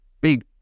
big